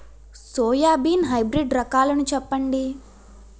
Soybean hybrid రకాలను చెప్పండి?